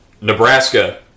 Nebraska